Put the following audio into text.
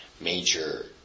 major